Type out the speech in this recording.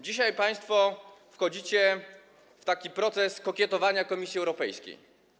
Dzisiaj państwo wchodzicie w taki proces kokietowania Komisji Europejskiej.